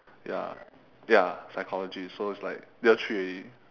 ya ya psychology so it's like year three already